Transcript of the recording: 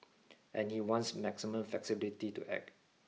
and he wants maximum flexibility to act